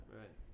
right